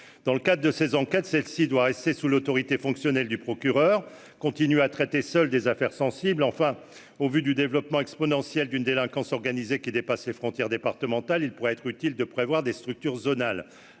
dans le cadre de ces enquêtes, celle-ci doit rester sous l'autorité fonctionnelle du procureur continue à traiter seule des affaires sensibles, enfin, au vu du développement exponentiel d'une délinquance organisée qui dépasse les frontières départementales, il pourrait être utile de prévoir des structures zonal,